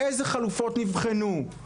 אילו חלופות נבחנו?